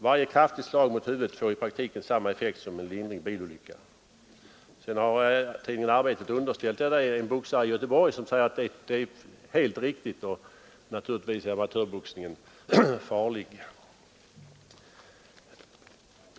Varje kraftigt slag mot huvudet får i praktiken samma effekt som en lindrig bilolycka.” Tidningen Arbetet har underställt detta uttalande en boxare i Göteborg, som säger att det är helt riktigt och att amatörboxningen naturligtvis är farlig.